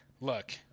Look